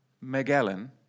Magellan